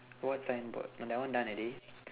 what signboard oh that one done already